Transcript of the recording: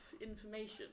information